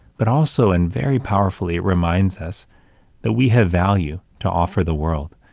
but also, and very powerfully, reminds us that we have value to offer the world,